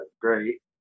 great